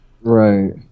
Right